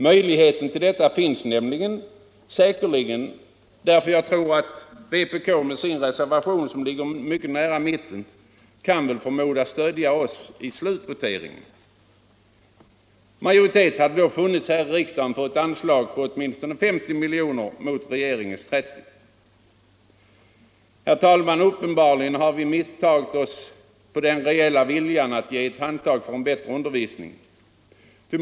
Möjligheten till detta finns säkerligen, eftersom vpk med sin reservation, som ligger mycket nära mittenreservationen, kan förmodas stödja oss i slutvoteringen. Om vi fått moderaterna med oss hade majoritet funnits här i riksdagen för ett anslag på 50 milj.kr. mot regeringens 30 milj.kr. Herr talman! Uppenbarligen har vi misstagit oss på den reella viljan att ge ett handtag för en bättre undervisning.